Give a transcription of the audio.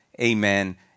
amen